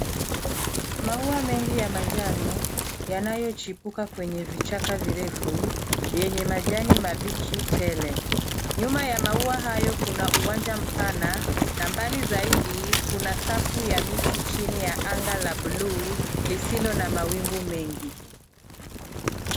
Maua mengi ya manjano yanayochipuka kwenye vichaka virefu yenye majani mabichi tele. Nyuma ya maua hayo kuna uwanja mpana na mbali zaidi kuna safu ya miti chini ya anga ya bluu lisilo na mawingu mengi.